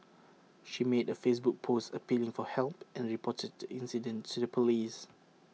she made A Facebook post appealing for help and reported the incident to the Police